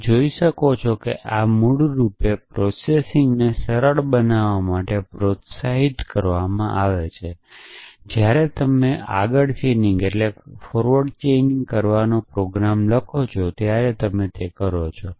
તમે જોઈ શકો છો કે આ મૂળરૂપે પ્રોસેસિંગને સરળ બનાવવા માટે પ્રોત્સાહિત કરવામાં આવે છે જ્યારે તમે આગળ ચેઇનિંગ કરવાનું પ્રોગ્રામ લખો છો ત્યારે કરો છો